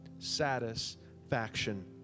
Satisfaction